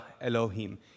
Elohim